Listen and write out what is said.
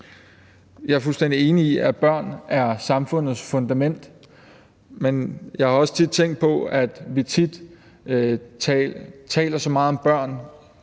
Jeg er fuldstændig enig i, at børn er samfundets fundament, men jeg har også tænkt på, at vi tit taler så meget om børn